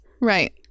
Right